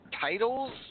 Titles